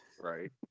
right